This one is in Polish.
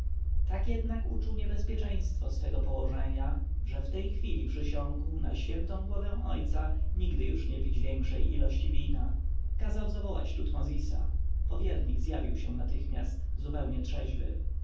tak jednak uczuł niebezpieczeństwo swego położenia że w tej chwili przysiągł na świętą głowę ojca nigdy już nie pić większej ilości wina kazał zawołać tutmozisa powiernik zjawił się natychmiast zupełnie trzeźwy